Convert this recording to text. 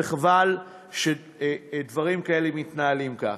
וחבל שדברים כאלה מתנהלים כך.